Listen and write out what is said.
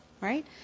right